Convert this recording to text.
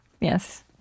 Yes